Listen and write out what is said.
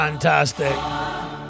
Fantastic